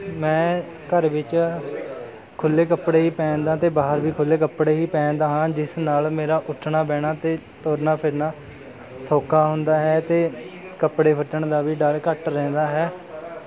ਮੈਂ ਘਰ ਵਿੱਚ ਖੁੱਲ੍ਹੇ ਕੱਪੜੇ ਹੀ ਪਹਿਨਦਾ ਅਤੇ ਬਾਹਰ ਵੀ ਖੁੱਲ੍ਹੇ ਕੱਪੜੇ ਹੀ ਪਹਿਨਦਾ ਹਾਂ ਜਿਸ ਨਾਲ ਮੇਰਾ ਉੱਠਣਾ ਬਹਿਣਾ ਤੇ ਤੁਰਨਾ ਫਿਰਨਾ ਸੌਖਾ ਹੁੰਦਾ ਹੈ ਤੇ ਕੱਪੜੇ ਫੱਟਣ ਦਾ ਵੀ ਡਰ ਘੱਟ ਰਹਿੰਦਾ ਹੈ